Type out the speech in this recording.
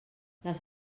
les